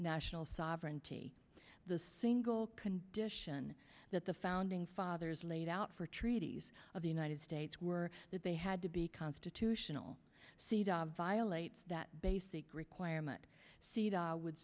national sovereignty the single condition that the founding fathers laid out for treaties of the united states were that they had to be constitutional seat violates that basic requirement see the would